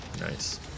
Nice